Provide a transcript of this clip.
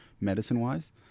medicine-wise